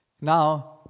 Now